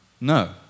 No